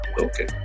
Okay